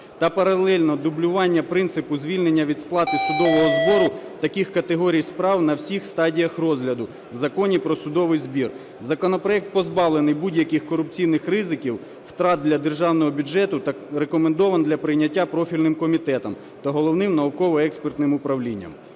Та паралельно дублювання принципу звільнення від сплати судового збору таких категорій справ на всіх стадіях розгляду в Законі "Про судовий збір". Законопроект позбавлений будь-яких корупційних ризиків, втрат для державного бюджету та рекомендований для прийняття профільним комітетом та Головним науково-експертним управлінням.